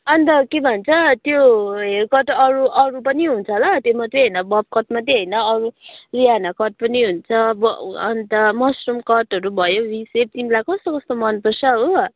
अन्त के भन्छ त्यो हेयर कट अरू अरू पनि हुन्छ ल त्यो मात्रै होइन बब कट मात्रै होइन अरू रिहाना कट पनि हुन्छ अन्त मसरुम कटहरू भयो रिसेट तिमीलाई कस्तो कस्तो मनपर्छ हो